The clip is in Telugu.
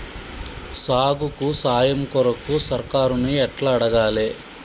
సాగుకు సాయం కొరకు సర్కారుని ఎట్ల అడగాలే?